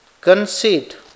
conceit